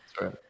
right